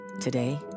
Today